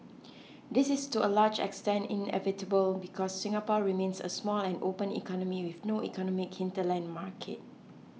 this is to a large extent inevitable because Singapore remains a small and open economy with no economic hinterland market